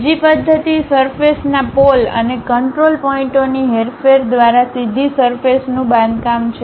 બીજી પદ્ધતિ સરફેસના પોલ અને કંટ્રોલ પોઇન્ટઓની હેરફેર દ્વારા સીધી સરફેસનું બાંધકામ છે